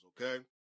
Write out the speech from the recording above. okay